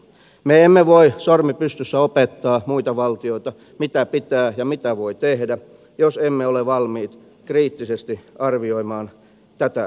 me emme voi sormi pystyssä opettaa muita valtioita siinä mitä pitää ja mitä voi tehdä jos emme ole valmiit kriittisesti arvioimaan tätä asiaa